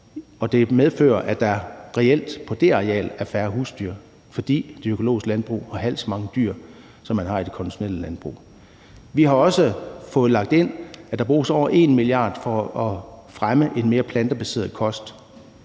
det medfører, at der reelt på det areal er færre husdyr, fordi de økologiske landbrug har halvt så mange dyr, som man har i det konventionelle landbrug. Vi har også fået lagt ind, at der bruges over 1 mia. kr. for at fremme en mere plantebaseret kost.